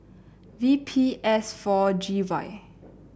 V P S four G Y